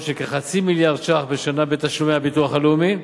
של כחצי מיליארד ש"ח בשנה בתשלומי הביטוח הלאומי,